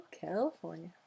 California